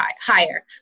higher